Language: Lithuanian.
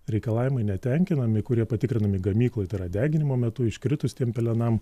reikalavimai netenkinami kurie patikrinami gamykloj tai yra deginimo metu iškritus tiem pelenam